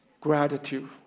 Gratitude